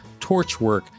torchwork